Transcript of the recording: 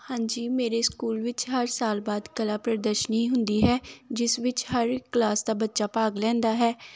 ਹਾਂਜੀ ਮੇਰੇ ਸਕੂਲ ਵਿੱਚ ਹਰ ਸਾਲ ਬਾਅਦ ਕਲਾ ਪ੍ਰਦਰਸ਼ਨੀ ਹੁੰਦੀ ਹੈ ਜਿਸ ਵਿੱਚ ਹਰ ਇੱਕ ਕਲਾਸ ਦਾ ਬੱਚਾ ਭਾਗ ਲੈਂਦਾ ਹੈ